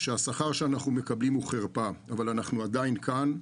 שהשכר שאנחנו מקבלים או חרפה אבל אנחנו עדין כאן,